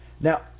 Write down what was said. Now